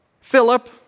Philip